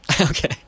Okay